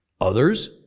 Others